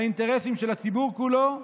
האינטרסים של הציבור הכללי,